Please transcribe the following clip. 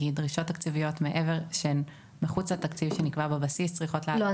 שהיא שדרישות תקציביות שהן מחוץ לתקציב שנקבע בבסיס צריכות --- לא,